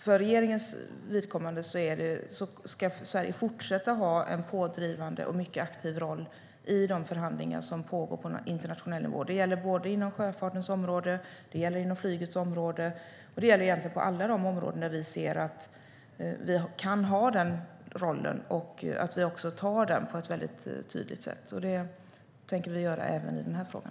För regeringens vidkommande ska Sverige fortsätta ha en pådrivande och mycket aktiv roll i de förhandlingar som pågår på internationell nivå. Det gäller att vi intar den rollen på ett väldigt tydligt sätt inom sjöfartens område, inom flygets område och egentligen inom alla de områden där vi ser att vi kan göra det. Vi tänker göra det även i den här frågan.